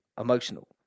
emotional